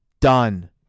done